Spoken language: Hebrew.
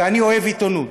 ואני אוהב עיתונות,